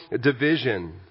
division